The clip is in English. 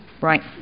Right